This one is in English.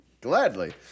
Gladly